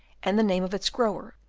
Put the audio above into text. and the name of its grower,